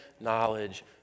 knowledge